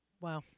Wow